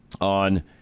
on